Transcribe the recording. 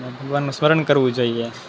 અને ભગવાનનું સ્મરણ કરવું જોઈએ